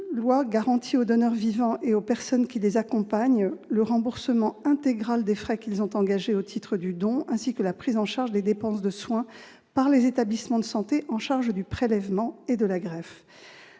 loi garantit aux donneurs vivants et aux personnes qui les accompagnent le remboursement intégral des frais qu'ils ont engagés au titre du don, ainsi que la prise en charge des dépenses de soins par les établissements de santé chargés du prélèvement et de la greffe.